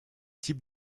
type